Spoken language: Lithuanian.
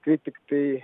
kai tiktai